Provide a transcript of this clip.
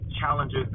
challenges